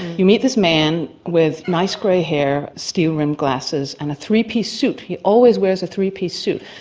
you meet this man with nice grey hair, steel rimmed glasses and a three piece suit, he always wears a three piece suit,